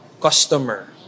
customer